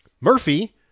Murphy